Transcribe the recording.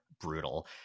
brutal